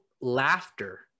laughter